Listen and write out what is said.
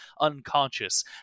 unconscious